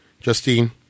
Justine